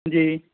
ਜੀ